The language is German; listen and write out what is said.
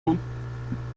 hören